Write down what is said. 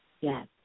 Yes